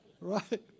Right